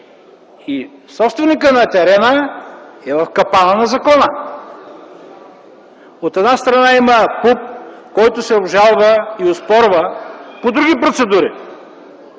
и собственикът на терена е в капана на закона. От една страна, има ПУП, който се обжалва и оспорва по други процедури,